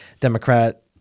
Democrat